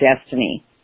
destiny